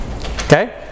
okay